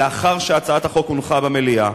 לאחר שהצעת החוק הונחה במליאה,